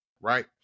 right